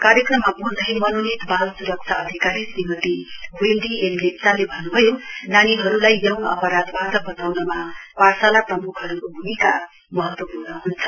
कार्यक्रममा बोल्दै मनोनित बाल स्रक्षा अधिकारी श्रीमती वेन्डी एम लेप्चोले भन्नुभयो नानीहरूलाई यौन अपराधबाट बचाउनमा पाठशाला प्रम्खहरूको भूमिका महत्वपूर्ण हन्छ